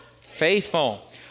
Faithful